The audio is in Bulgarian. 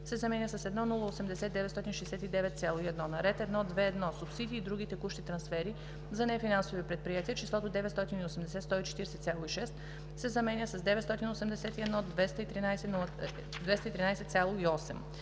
се заменя с „1 080 969,1“; - на ред 1.2.1. Субсидии и други текущи трансфери за нефинансови предприятия числото „980 140,6“ се заменя с „981 213,8“;